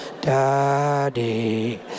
Daddy